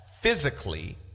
physically